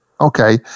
Okay